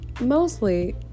Mostly